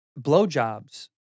blowjobs